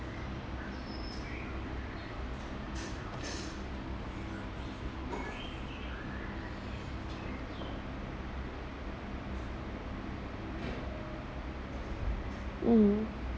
mm